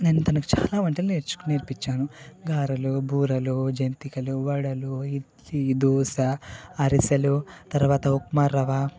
నేను తనకి చాలా వంటలు నేర్చు నేర్పించాను గారెలు బూరెలు జంతికలు వడలు ఇడ్లీ దోశ అరిసెలు తర్వాత ఉప్మా రవ్వ